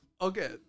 Okay